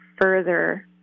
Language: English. further